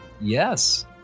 Yes